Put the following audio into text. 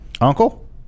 Uncle